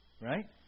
right